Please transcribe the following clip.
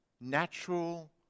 Natural